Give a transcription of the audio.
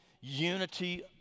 unity